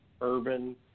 urban